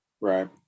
Right